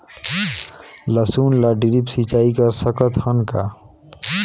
लसुन ल ड्रिप सिंचाई कर सकत हन का?